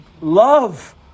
love